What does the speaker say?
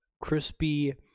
crispy